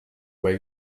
way